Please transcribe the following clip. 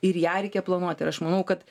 ir ją reikia planuoti ir aš manau kad